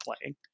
playing